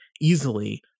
easily